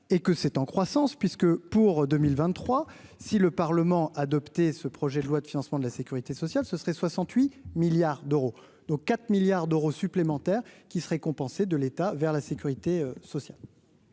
et que c'est en croissance puisque pour 2023 si le Parlement a adopté ce projet de loi de financement de la Sécurité sociale, ce serait 68 milliards d'euros, dont 4 milliards d'euros supplémentaires qui seraient compensées de l'État vers la sécurité sociale.